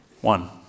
One